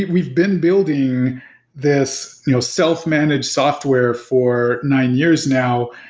we've been building this you know self managed software for nine years now,